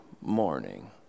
morning